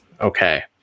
Okay